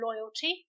loyalty